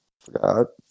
Forgot